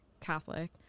Catholic